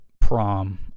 prom